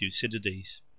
Thucydides